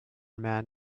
man